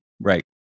Right